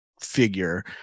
figure